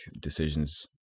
decisions